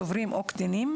דוברים או קטינים,